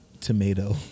tomato